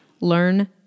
learn